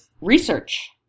research